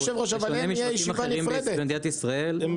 בשונה משווקים אחרים במדינת ישראל --- אדוני,